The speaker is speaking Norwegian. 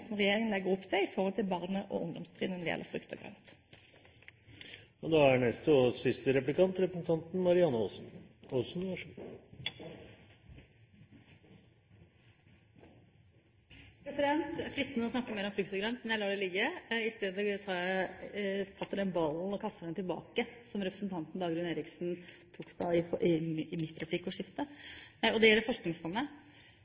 som regjeringen legger opp til i forhold til barne- og ungdomstrinnet når det gjelder frukt og grønt. Det er fristende å snakke mer om frukt og grønt, men jeg lar det ligge. I stedet kaster jeg ballen som jeg fikk fra representanten Dagrun Eriksen i replikkordskiftet etter mitt innlegg, tilbake. Det gjelder Forskningsfondet. Den